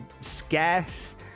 scarce